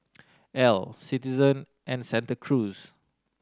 Elle Citizen and Santa Cruz